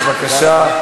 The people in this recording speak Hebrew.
בבקשה.